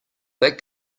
that